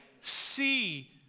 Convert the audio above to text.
see